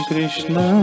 Krishna